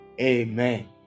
Amen